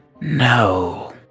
No